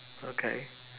okay